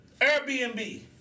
Airbnb